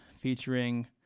featuring